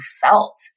felt